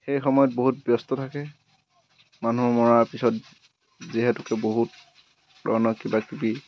সেই সময়ত বহুত ব্যস্ত থাকে মানুহ মৰাৰ পিছত যিহেতুকে বহুত ধৰণৰ কিবাকিবি